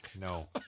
No